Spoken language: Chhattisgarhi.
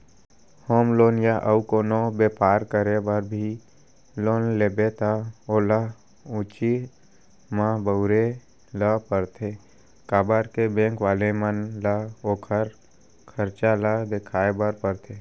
होम लोन या अउ कोनो बेपार करे बर भी लोन लेबे त ओला उहींच म बउरे ल परथे काबर के बेंक वाले मन ल ओखर खरचा ल देखाय बर परथे